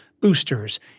boosters